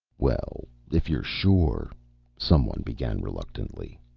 well, if you're sure some one began reluctantly.